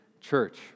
church